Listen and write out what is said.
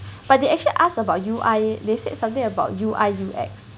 but they actually asked about U_I they said something about U_I U_X